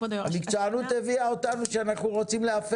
המקצוענות הביאה אותנו למצב בו אנחנו רוצים להפר